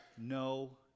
No